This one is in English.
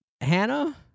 Hannah